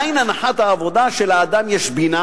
עדיין הנחת העבודה שלאדם יש בינה,